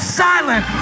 silent